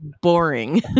boring